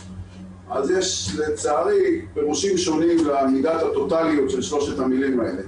אז יש לצערי פירושים שונים למידת הטוטאליות של שלוש המילים האלה.